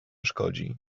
szkodzi